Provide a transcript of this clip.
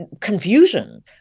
confusion